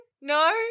no